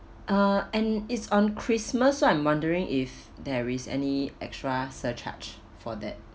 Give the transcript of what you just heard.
uh and it's on christmas so I'm wondering if there is any extra surcharge for that